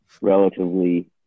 relatively